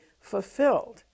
fulfilled